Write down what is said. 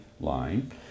line